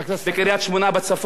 שרק לא תהיה שום אי-הבנה.